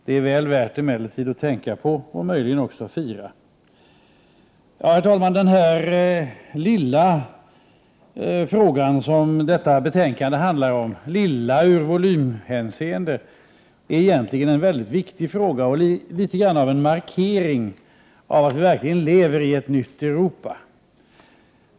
Det är emellertid väl värt att tänka på, och möjligen också att fira. Herr talman! Denna i volymhänseende lilla fråga som detta betänkande handlar om är egentligen en mycket viktig fråga och något av en markering av att vi verkligen lever i ett nytt Europa.